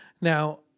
Now